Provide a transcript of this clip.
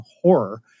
horror